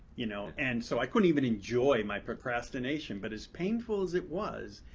you know and so i couldn't even enjoy my procrastination. but as painful as it was,